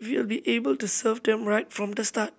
we will be able to serve them right from the start